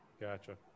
Gotcha